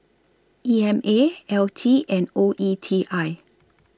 E M A L T and O E T I